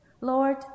Lord